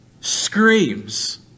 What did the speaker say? screams